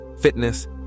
fitness